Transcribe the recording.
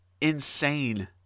Insane